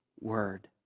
word